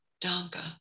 Danka